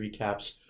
recaps